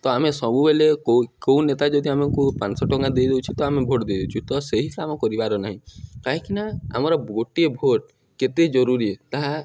ତ ଆମେ ସବୁବେଲେ କେଉଁ କେଉଁ ନେତା ଯଦି ଆମକୁ ପାଁଶହ ଟଙ୍କା ଦେଇଦଉଛି ତ ଆମେ ଭୋଟ ଦେଇଦଉଛି ତ ସେହି କାମ କରିବାର ନାହିଁ କାହିଁକିନା ଆମର ଗୋଟିଏ ଭୋଟ କେତେ ଜରୁରୀ ତାହା